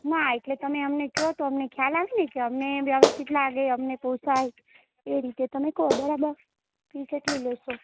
ના એટલે તમે અમને કહો તો અમને ખ્યાલ આવે ને કે અમને વ્યવસ્થિત લાગે અમને પોસાય એ રીતે તમે કહો બરાબર ફી કેટલી લેશો